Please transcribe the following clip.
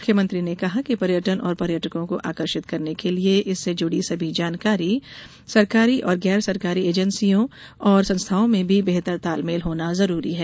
मुख्यमंत्री ने कहा कि पर्यटन और पर्यटकों को आकर्षित करने के लिये इससे जुड़ी सभी सरकारी और गैर सरकारी एजेंसियों और संस्थाओं में बेहतर तालमेल जरूरी है